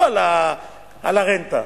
הרנטה.